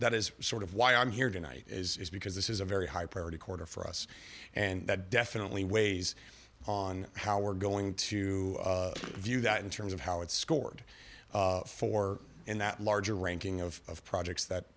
that is sort of why i'm here tonight is because this is a very high priority quarter for us and that definitely weighs on how we're going to view that in terms of how it's scored for in that larger ranking of projects that